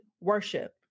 worship